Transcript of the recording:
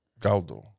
galdo